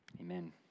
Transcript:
amen